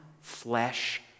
flesh